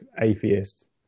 atheist